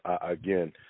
again